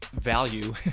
value